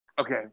Okay